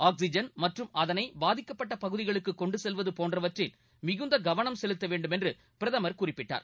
oxygen மற்றும் அதனை பாதிக்கப்பட்ட பகுதிகளுக்கு கொண்டு செல்வது போன்றவற்றில் மிகுந்த கவனம் செலுத்த வேண்டுமென்று பிரதமர் குறிப்பிட்டார்